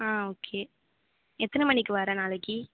ஆ okay எத்தனை மணிக்கு வர நாளைக்கு